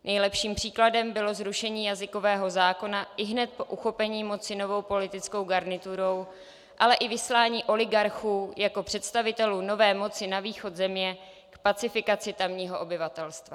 Nejlepším příkladem bylo zrušení jazykového zákona ihned po uchopení moci novou politickou garniturou, ale i vyslání oligarchů jako představitelů nové moci na východ země k pacifikaci tamního obyvatelstva.